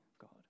God